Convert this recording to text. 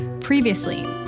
Previously